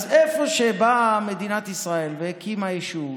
אז איפה שבאה מדינת ישראל והקימה יישוב